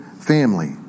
family